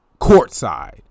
courtside